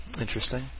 Interesting